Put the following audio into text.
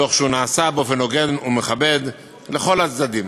ונעשה באופן הוגן ומכבד את כל הצדדים.